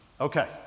Okay